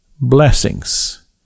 blessings